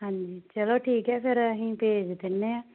ਹਾਂਜੀ ਚਲੋ ਠੀਕ ਹੈ ਫਿਰ ਅਸੀਂ ਭੇਜ ਦਿੰਦੇ ਹਾਂ